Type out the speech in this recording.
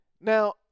Now